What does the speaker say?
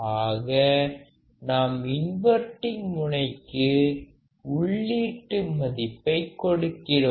ஆக நாம் இன்வர்டிங் முனைக்கு உள்ளீட்டு மதிப்பை கொடுக்கிறோம்